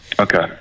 Okay